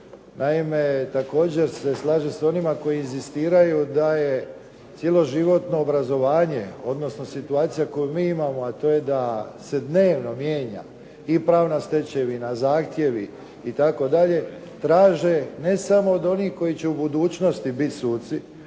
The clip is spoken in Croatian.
Naime, također se slažem s onima koji inzistiraju da je cjeloživotno obrazovanja, odnosno situacija koju mi imamo a to je da se dnevno mijenja i pravna stečevina, zahtjevi itd., traži ne samo od onih koji će u budućnosti biti suci,